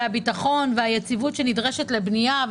ביטחון והיציבות שנדרשת לבנייה,